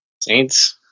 Saints